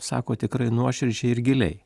sako tikrai nuoširdžiai ir giliai